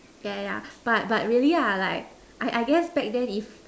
yeah yeah yeah but but really ya like I I guess back then if